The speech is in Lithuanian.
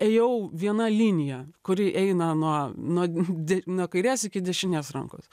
ėjau viena linija kuri eina nuo nuo d nuo kairės iki dešinės rankos